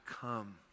come